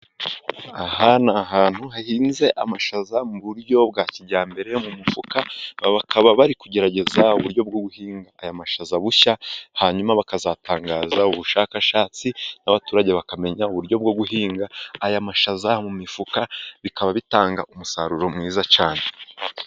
Aha ni ahantu hahinze amashaza mu buryo bwa kijyambere yo mu mufuka. Bakaba bari kugerageza uburyo bwo guhinga aya mashaza bushya, hanyuma bakazatangaza ubushakashatsi n'abaturage bakamenya uburyo bwo guhinga aya mashaza mu mifuka, bikaba bitanga umusaruro mwiza cyane.